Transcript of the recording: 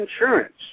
Insurance